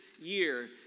year